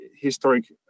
historic